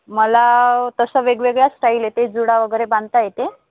मला तसं वेगवेगळ्या स्टाईल येते जुडा वगैरे बांधता येते